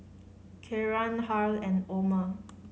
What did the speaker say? Kieran Harl and Omer